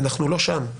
אנחנו לא שם.